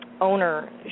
owner